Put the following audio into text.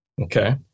Okay